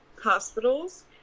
hospitals